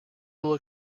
will